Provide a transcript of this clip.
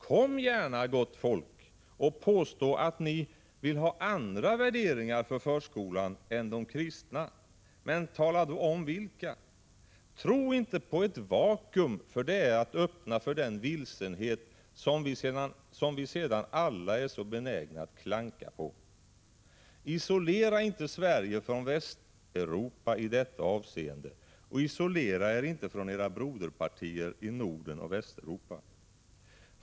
Kom gärna, gott folk, och påstå att ni vill ha andra värderingar för förskolan än de kristna. Men tala då om vilka! Tro inte på ett vakuum, för det är att öppna för den vilsenhet som vi sedan alla är så benägna att klanka på. Isolera inte Sverige från Västeuropa i detta avseende och isolera er inte från era broderpartier i Norden och Västeuropa.